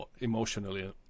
emotionally